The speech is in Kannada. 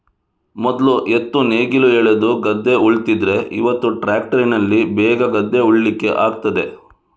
ಮೊದ್ಲು ಎತ್ತು ನೇಗಿಲು ಎಳೆದು ಗದ್ದೆ ಉಳ್ತಿದ್ರೆ ಇವತ್ತು ಟ್ರ್ಯಾಕ್ಟರಿನಲ್ಲಿ ಬೇಗ ಗದ್ದೆ ಉಳ್ಳಿಕ್ಕೆ ಆಗ್ತದೆ